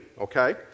Okay